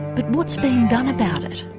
but what's being done about it?